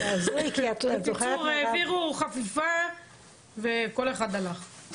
בקיצור, העבירו חפיפה וכל אחד הלך.